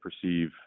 perceive